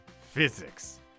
physics